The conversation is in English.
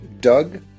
Doug